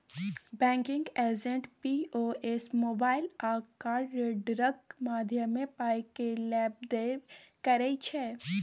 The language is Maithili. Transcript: बैंकिंग एजेंट पी.ओ.एस, मोबाइल आ कार्ड रीडरक माध्यमे पाय केर लेब देब करै छै